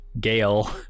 Gale